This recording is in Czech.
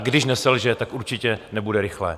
A když neselže, tak určitě nebude rychlé.